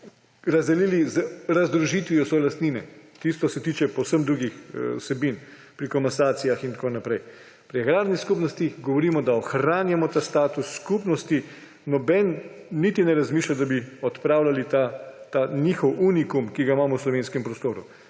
razdelili z razdružitvijo solastnine. Tisto se tiče povsem drugih vsebin pri komasacijah in tako naprej. Pri agrarnih skupnostih govorimo, da ohranjamo ta status skupnosti. Nihče niti ne razmišlja, da bi odpravljali ta njihov unikum, ki ga imamo v slovenskem prostoru.